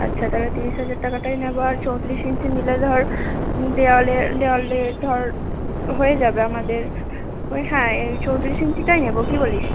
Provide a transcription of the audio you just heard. আচ্ছা তাহলে ত্রিশ হাজার টাকাটাই নেব আর চৌত্রিশ ইঞ্চি নিলে ধর দেওয়ালে দেওয়ালে ধর হয়ে যাবে আমাদের ওই হ্যাঁ এই চৌত্রিশ ইঞ্চিটাই নেব কী বলিস